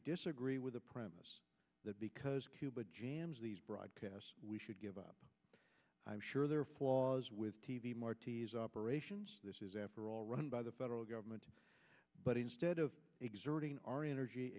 disagree with the premise that because cuba jams these broadcasts we should give up i'm sure there are flaws with t v marty's operations this is after all run by the federal government but instead of exerting our energy